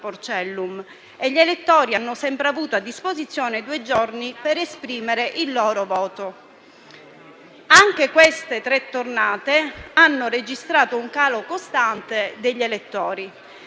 Porcellum, e gli elettori hanno sempre avuto a disposizione due giorni per esprimere il loro voto. Anche queste tre tornate hanno registrato un calo costante degli elettori.